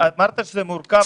אמרת שזה מורכב,